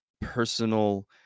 personal